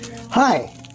Hi